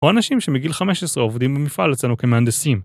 או אנשים שמגיל 15 עובדים במפעל אצלנו כמהנדסים.